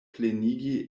plenigi